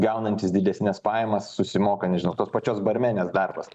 gaunantys didesnes pajamas susimoka nežinau tos pačios barmenės darbas